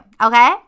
okay